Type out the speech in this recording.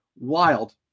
Wild